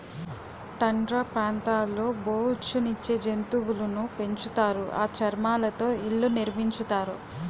tundra ప్రాంతాల్లో బొఉచ్చు నిచ్చే జంతువులును పెంచుతారు ఆ చర్మాలతో ఇళ్లు నిర్మించుతారు